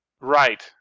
Right